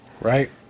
Right